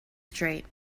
straight